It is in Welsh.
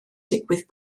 digwydd